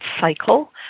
cycle